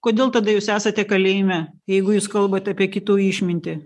kodėl tada jūs esate kalėjime jeigu jūs kalbat apie kitų išmintį